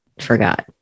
forgot